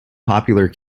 popular